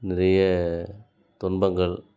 நிறைய துன்பங்கள்